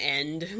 end